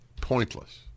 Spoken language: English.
Pointless